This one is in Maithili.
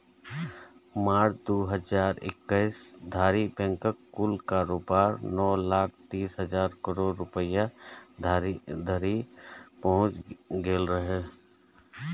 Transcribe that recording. मार्च, दू हजार इकैस धरि बैंकक कुल कारोबार नौ लाख तीस हजार करोड़ रुपैया धरि पहुंच गेल रहै